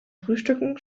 frühstücken